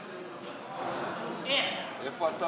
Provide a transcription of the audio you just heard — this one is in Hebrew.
איך, איך?